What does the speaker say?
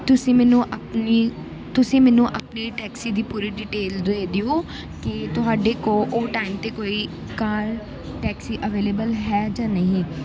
ਤੁਸੀਂ ਮੈਨੂੰ ਆਪਣੀ ਤੁਸੀਂ ਮੈਨੂੰ ਆਪਣੀ ਟੈਕਸੀ ਦੀ ਪੂਰੀ ਡਿਟੇਲ ਦੇ ਦਿਓ ਕਿ ਤੁਹਾਡੇ ਕੋਲ ਉਹ ਟਾਈਮ 'ਤੇ ਕੋਈ ਕਾਰ ਟੈਕਸੀ ਅਵੇਲੇਬਲ ਹੈ ਜਾਂ ਨਹੀਂ ਹੈ